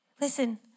Listen